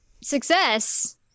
success